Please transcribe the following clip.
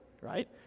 right